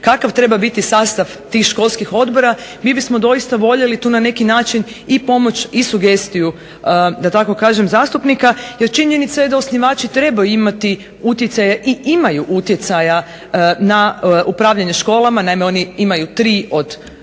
kakav treba biti sastav tih školskih odbora. Mi bismo doista voljeli tu na neki način i pomoć i sugestiju da tako kažem zastupnika. Jer činjenica je da osnivači trebaju imati utjecaja i imaju utjecaja na upravljanje školama. Naime, oni imaju tri od 7